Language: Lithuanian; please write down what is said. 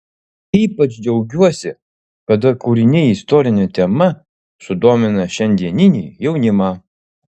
ypač džiaugiuosi kada kūriniai istorine tema sudomina šiandieninį jaunimą